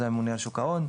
זה הממונה על שוק ההון.